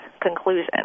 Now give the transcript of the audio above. conclusion